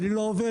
אני לא עובד,